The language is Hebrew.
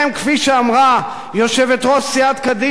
כפי שאמרה יושבת-ראש סיעת קדימה,